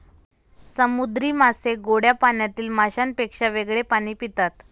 समुद्री मासे गोड्या पाण्यातील माशांपेक्षा वेगळे पाणी पितात